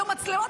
יהיו מצלמות,